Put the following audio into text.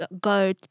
go